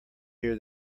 hear